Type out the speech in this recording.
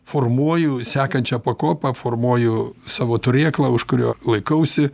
formuoju sekančią pakopą formuoju savo turėklą už kurio laikausi